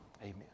Amen